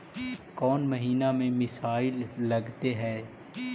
कौन महीना में मिसाइल लगते हैं?